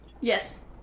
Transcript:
Yes